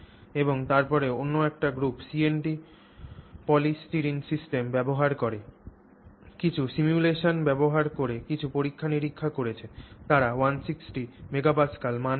এবং তারপরেও অন্য একটি গ্রুপ CNT polystyrene system ব্যবহার করে কিছু সিমুলেশন ব্যবহার করে কিছু পরীক্ষা নিরীক্ষা করেছে তারা 160 MPa মান পেয়েছে